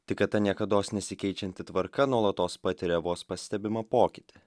tik kad ta niekados nesikeičianti tvarka nuolatos patiria vos pastebimą pokytį